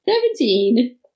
Seventeen